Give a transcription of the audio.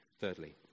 Thirdly